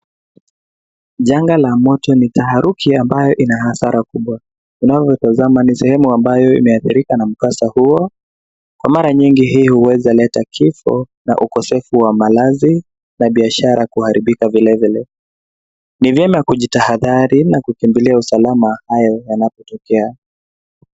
Janga la moto ni taharuki ambayo ina hasara kubwa. Unaotazama ni sehemu ambayo imeathirika na mkasa huo. Kwa mara nyingi hii huweza leta kifo na ukosefu wa malazi na biashara kuharibika vilevile. Ni vyema kujitahadhari na kukimbilia usalama hayo yanapotokea.